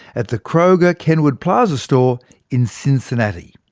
at the kroger kenwood plaza store in cincinnati.